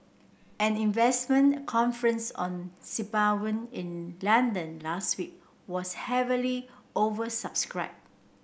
an investment conference on in London last week was heavily oversubscribed